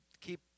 keep